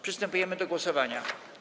Przystępujemy do głosowania.